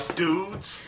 dudes